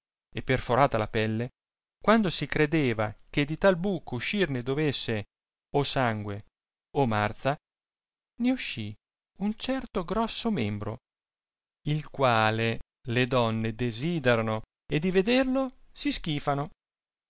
e perforata la pelle quando si credeva che di tal buco uscir ne dovesse o sangue o marza ne uscì un certo grosso membro il quale le donne desiderano e di vederlo si schifano